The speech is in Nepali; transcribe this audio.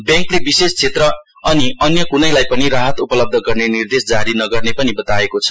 ब्याङ्कले विशेष क्षेत्र अनि अन्य क्नैलाई पनि राहत उपलब्ध गर्ने निर्देश जारी नगर्ने पनि बताएको छ